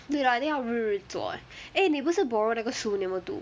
对 lah then 要日日做 eh eh 你不是 borrow 那个书你有没有读